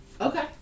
Okay